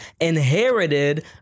inherited